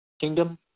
Kingdom